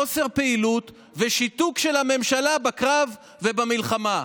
חוסר פעילות ושיתוק של הממשלה בקרב ובמלחמה.